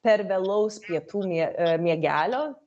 per vėlaus pietų mie miegelio